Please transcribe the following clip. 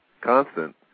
constant